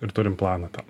ir turim planą tam